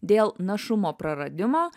dėl našumo praradimo